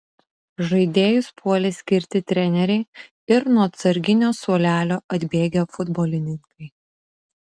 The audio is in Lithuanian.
žaidėjus puolė skirti treneriai ir nuo atsarginių suolelio atbėgę futbolininkai